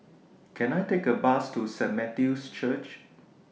Can I Take A Bus to Saint Matthew's Church